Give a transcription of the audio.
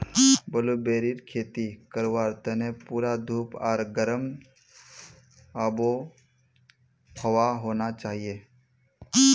ब्लूबेरीर खेती करवार तने पूरा धूप आर गर्म आबोहवा होना चाहिए